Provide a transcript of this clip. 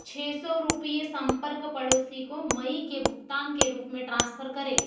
छः सौ रुपये संपर्क पड़ोसी को मई के भुगतान के रूप में ट्रांसफ़र करें